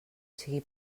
sigui